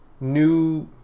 new